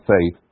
faith